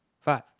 Five